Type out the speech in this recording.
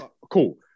Cool